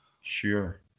sure